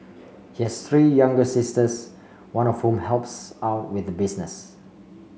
he has three younger sisters one of whom helps out with the business